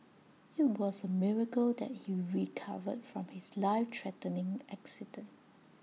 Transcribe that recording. IT was A miracle that he recovered from his life threatening accident